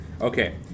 Okay